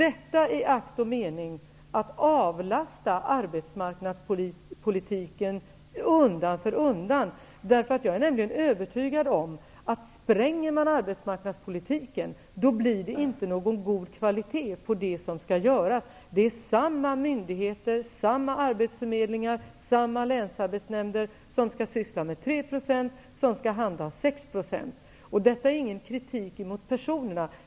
Detta är, i akt och mening, att avlasta arbetsmarknadspolitiken undan för undan. Jag är nämligen övertygad om att det, om man spränger arbetsmarknadspolitiken, inte blir någon god kvalitet på det som skall göras. Det är samma myndigheter, arbetsförmedlingar och länsarbetsnämnder, som skall syssla med en arbetslöshet på 3 %, som skall handha en arbetslöshet på 6 %. Detta är ingen kritik mot personerna.